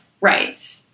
Right